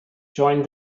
joined